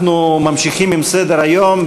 אנחנו ממשיכים בסדר-היום.